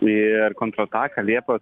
ir kontrataka liepos